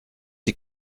die